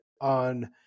on